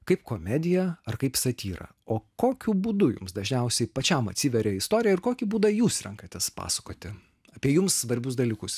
kaip komediją ar kaip satyrą o kokiu būdu jums dažniausiai pačiam atsiveria istorija ir kokį būdą jūs renkatės pasakoti apie jums svarbius dalykus